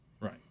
Right